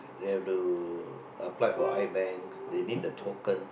ya to apply for iBank they need the token